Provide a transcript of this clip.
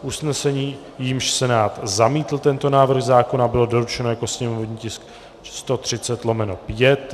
Usnesení, jímž Senát zamítl tento návrh zákona, bylo doručeno jako sněmovní tisk 130/5.